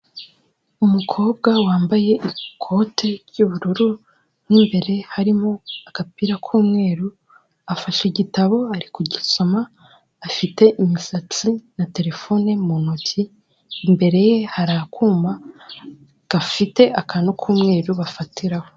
Umukobwa wambaye ikote ry'ubururu mu imbere harimo agapira k'umweru afashe igitabo ari kugisoma afite imisatsi na terefone mu ntoki ,imbere ye hari akuma gafite akantu k'umweru bafatiraho.